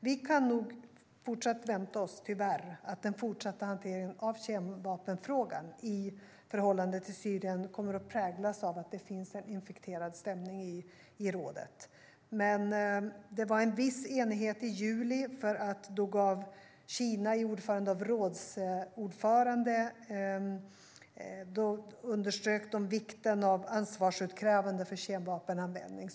Vi kan nog tyvärr förvänta oss att den fortsatta hanteringen av kemvapenfrågan i förhållande till Syrien kommer att präglas av att det är en infekterad stämning i rådet. Det fanns viss enighet i juli. Då underströk Kina som rådsordförande vikten av ansvarsutkrävande för kemvapenanvändning.